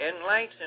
Enlighten